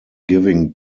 giving